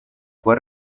fue